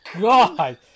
god